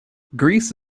greece